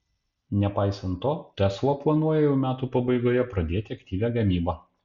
nepaisant to tesla planuoja jau metų pabaigoje pradėti aktyvią gamybą